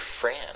friend